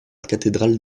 cathédrale